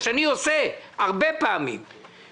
כפי שאני עושה פעמים רבות,